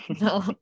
No